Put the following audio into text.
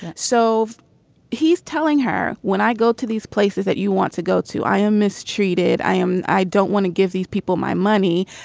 so he's telling her when i go to these places that you want to go to i am mistreated i am i don't want to give these people my money.